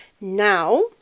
now